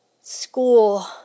school